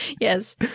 Yes